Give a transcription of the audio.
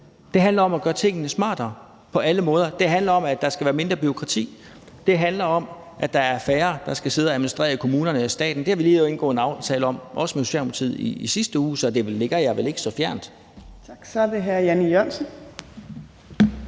Det handler om at gøre tingene smartere på alle måder. Det handler om, der skal være mindre bureaukrati. Det handler om, at der er færre, der skal sidde og administrere i kommunerne og staten. Det har vi lige indgået en aftale om, også med Socialdemokratiet, i sidste uge – så det ligger jer vel ikke så fjernt? Kl. 14:48 Anden næstformand